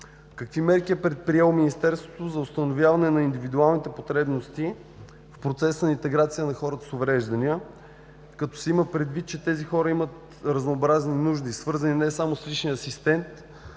Какви мерки е предприело Министерството за установяване на индивидуалните потребности в процеса на интеграция на хората с увреждания, като се има предвид, че тези хора имат разнообразни нужди, свързани не само с личния асистент?